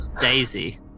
Daisy